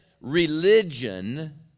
religion